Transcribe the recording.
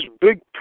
big